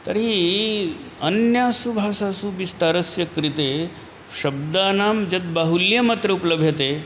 तर्हि अन्यासु भाषासु विस्तारस्य कृते शब्दानां यद् बाहुल्यम् अत्र उपलभ्यते